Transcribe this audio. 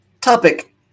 Topic